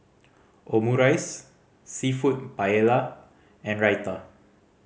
Omurice Seafood Paella and Raita